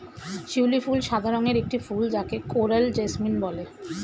শিউলি ফুল সাদা রঙের একটি ফুল যাকে কোরাল জেসমিন বলে